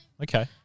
Okay